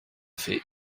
fait